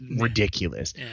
ridiculous